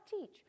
teach